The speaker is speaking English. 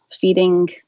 feeding